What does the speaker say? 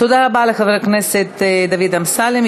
תודה רבה לחבר הכנסת דוד אמסלם,